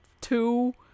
two